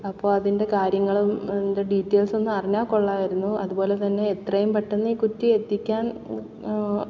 അപ്പോൾ അതിന്റെ കാര്യങ്ങളും അതിന്റെ ഡീറ്റെയിൽസൊന്നറിഞ്ഞാൽ കൊള്ളാമായിരുന്നു അതുപോലെ തന്നെ എത്രയും പെട്ടെന്ന് ഈ കുറ്റി എത്തിക്കാൻ